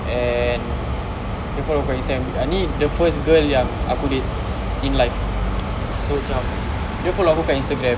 and dia follow kat Instagram yang ni the first girl yang aku date in life so macam dia follow aku kat Instagram